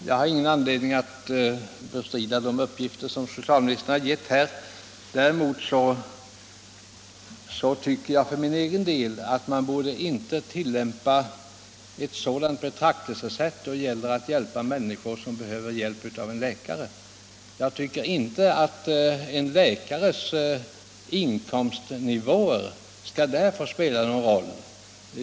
Fru talman! Jag har ingen anledning att bestrida de uppgifter som socialministern har lämnat här. Däremot tycker jag för min egen del inte att det betraktelsesätt som tillämpas då det gäller att bistå människor som behöver hjälp av en läkare är riktigt. Jag anser inte att en läkares inkomstnivå skall spela någon roll i det sammanhanget.